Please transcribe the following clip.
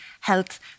health